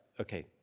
Okay